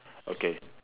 okay